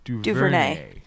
Duvernay